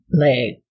leg